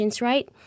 Right